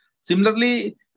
Similarly